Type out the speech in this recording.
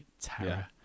terror